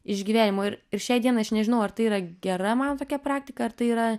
iš gyvenimo ir ir šiai dienai aš nežinau ar tai yra gera mano tokia praktika ar tai yra